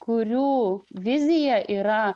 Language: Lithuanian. kurių vizija yra